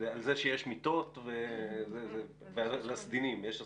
על זה שיש מיטות ועל הסדינים יש הסכמה?